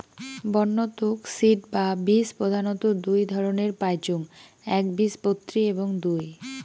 বন্য তুক সিড বা বীজ প্রধানত দুই ধরণের পাইচুঙ একবীজপত্রী এবং দুই